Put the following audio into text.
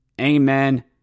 Amen